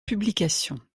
publications